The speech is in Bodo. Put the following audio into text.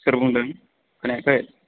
सोर बुंदों खोनायाखै